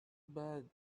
bad